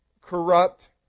corrupt